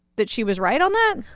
that she was right on that?